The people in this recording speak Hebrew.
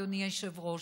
אדוני היושב-ראש,